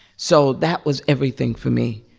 so that was everything for me.